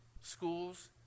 schools